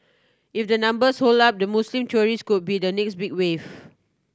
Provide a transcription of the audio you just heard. if the numbers hold up the Muslim tourist could be the next big wave